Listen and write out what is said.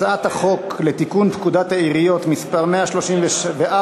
הצעת החוק לתיקון פקודת העיריות (מס' 134),